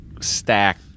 stack